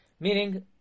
Meaning